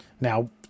now